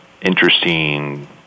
interesting